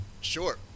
Sure